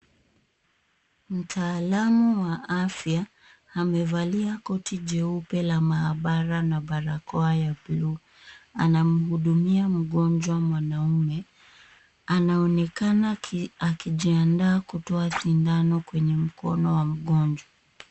Mtaalamu wa afya amevalia koti jeupe la maabara na barakoa ya buluu. Anamhudumia mgonjwa mwanaume. Anaonekana akijiandaa kutoa sindano kwenye mkono wa mgonjwa.